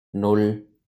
nan